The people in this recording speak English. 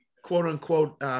quote-unquote